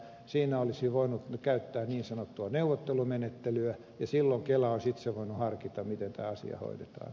siinä olisi voinut käyttää niin sanottua neuvottelumenettelyä ja silloin kela olisi itse voinut harkita miten tämä asia hoidetaan